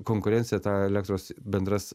konkurencija tą elektros bendras